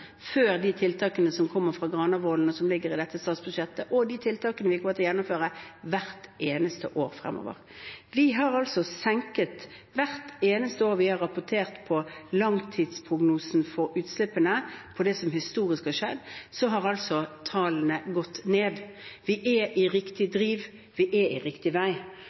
tiltakene som kommer fra Granavolden, og som ligger i dette statsbudsjettet, og de tiltakene vi kommer til å gjennomføre hvert eneste år fremover. Hvert eneste år vi har rapportert på langtidsprognosen for utslippene – på det som historisk har skjedd – har altså tallene gått ned. Vi er i riktig driv; vi er på riktig vei.